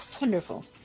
Wonderful